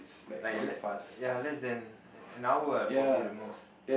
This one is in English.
like le~ ya less than an hour probably the most